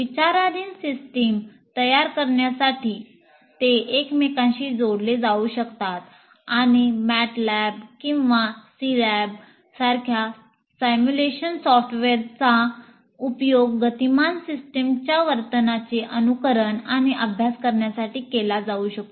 विचाराधीन सिस्टीम तयार करण्यासाठी ते एकमेकांशी जोडले जाऊ शकतात आणि मॅटलाब उपयोग गतिमान सिस्टमच्या वर्तनाचे अनुकरण आणि अभ्यास करण्यासाठी केला जाऊ शकतो